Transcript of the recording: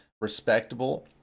Respectable